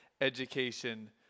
education